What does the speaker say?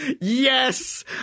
yes